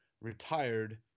retired